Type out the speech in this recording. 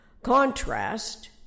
contrast